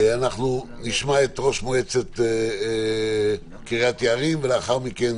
נשמע את ראש מועצת קריית יערים, ולאחר מכן